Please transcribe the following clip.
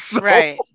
Right